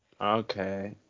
Okay